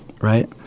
right